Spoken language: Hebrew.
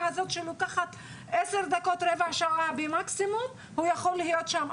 הזאת שלוקחת 10 דקות רבע שעה במקסימום הוא יכול להיות שם,